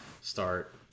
start